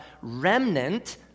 remnant